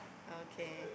okay